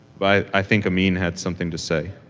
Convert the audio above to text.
but i think amine had something to say.